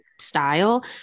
style